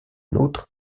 autre